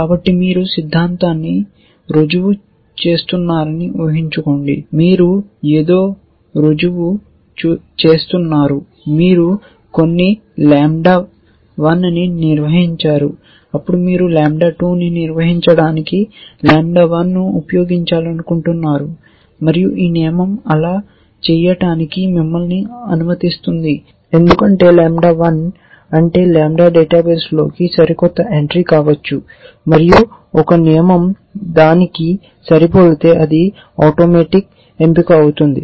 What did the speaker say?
కాబట్టి మీరు సిద్ధాంతాన్ని రుజువు చేస్తున్నారని ఉహించుకోండి మీరు ఏదో రుజువు చేస్తున్నారు మీరు కొన్ని లాంబ్డా 1 ని నిరూపించారు అప్పుడు మీరు లాంబ్డా 2 ను నిరూపించడానికి లాంబ్డా 1 ను ఉపయోగించాలనుకుంటున్నారు మరియు ఈ నియమం అలా చేయటానికి మిమ్మల్ని అనుమతిస్తుంది ఎందుకంటే లాంబ్డా 1 అంటే లాంబ్డా డేటాబేస్లోకి సరికొత్త ఎంట్రీ కావచ్చు మరియు ఒక నియమం దానికి సరిపోలితే అది ఆటోమేటిక్ ఎంపిక అవుతుంది